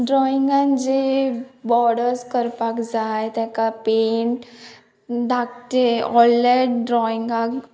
ड्रॉइंगान जी बॉडर्स करपाक जाय तेका पेंट धाकटे व्होडले ड्रॉइंगाक